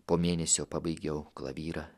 po mėnesio pabaigiau klavyrą